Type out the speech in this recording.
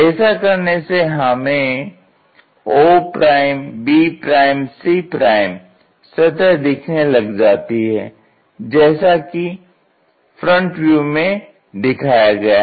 ऐसा करने से हमें obc सतह दिखने लग जाती है जैसा कि फ्रंट व्यू में दिखाया गया है